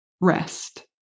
rest